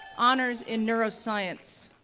honors in neuroscience,